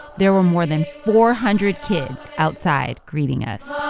there were more than four hundred kids outside greeting us